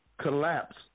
collapse